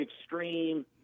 extreme